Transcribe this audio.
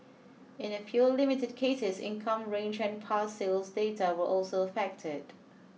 in a few limited cases income range and past sales data were also affected